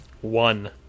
one